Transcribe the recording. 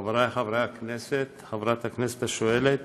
חבריי חברי הכנסת, חברת הכנסת השואלת,